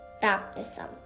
baptism